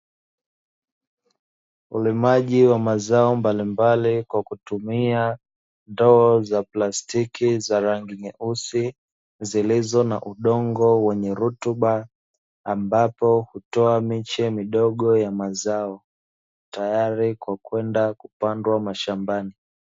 Ulimaji wa mazao mbalimbali kwa kutumia ndoo za plastiki, za rangi nyeusi zilizo na udongo wenye rutuba, ambapo hutoa miche midogo ya mazao tayari kwa kwenda kupandwa mashambani.